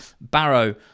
Barrow